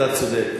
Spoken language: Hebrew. אתה צודק.